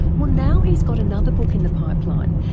well now he's got another book in the pipeline,